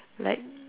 like